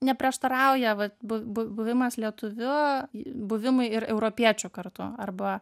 neprieštarauja vat bu bu buvimas lietuviu buvimui ir europiečių kartu arba